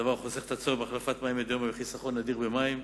דבר שחוסך את הצורך בהחלפת מים מדי יום ומביא לחיסכון אדיר במים,